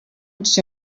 its